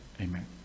Amen